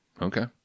Okay